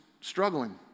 struggling